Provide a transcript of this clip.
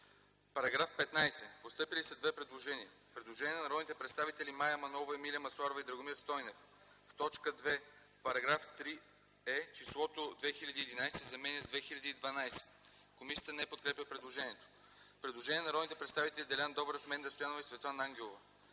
По § 15 са постъпили две предложения. Предложение на народните представители Мая Манолова, Емилия Масларова и Драгомир Стойнев – в т. 2, в § 3е числото „2011” се заменя с „2012”. Комисията не подкрепя предложението. Предложение на народните представители Делян Добрев, Менда Стоянова и Светлана Ангелова.